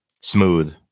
smooth